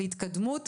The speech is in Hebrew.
להתקדמות,